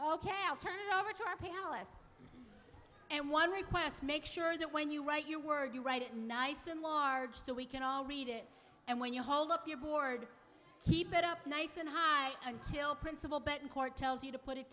ok i'll turn it over to our palace and one request make sure that when you write your word you write it nice and large so we can all read it and when you hold up your board keep it up nice and high until principal betancourt tells you to put it